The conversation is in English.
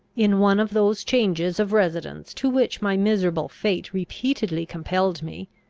in one of those changes of residence, to which my miserable fate repeatedly compelled me,